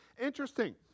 Interesting